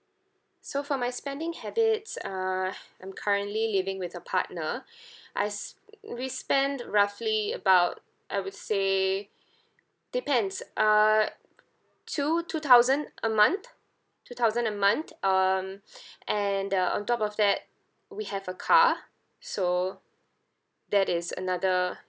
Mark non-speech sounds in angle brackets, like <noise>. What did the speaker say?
so for my spending habits uh <breath> I'm currently living with a partner <breath> I s~ we spend roughly about I would say depends uh two two thousand a month two thousand a month um <breath> and uh on top of that we have a car so that is another